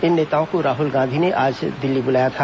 इन नेताओं को राहुल गांधी ने आज दिल्ली बुलाया था